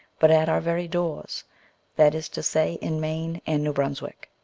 but at our very doors that is to say, in maine and new brunswick.